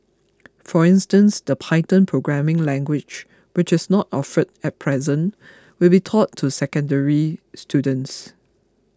for instance the Python programming language which is not offered at present will be taught to secondary students